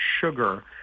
sugar